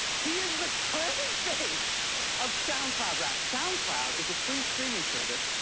he is the current and face of soundcloud rap. soundcloud is a free streaming service,